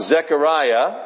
Zechariah 。